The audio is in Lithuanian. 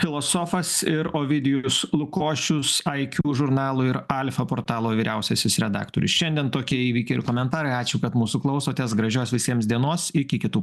filosofas ir ovidijus lukošius iq žurnalo ir alfa portalo vyriausiasis redaktorius šiandien tokie įvykiai ir komentarai ačiū kad mūsų klausotės gražios visiems dienos iki kitų